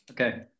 Okay